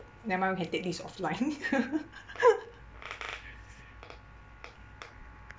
never mind we can take this offline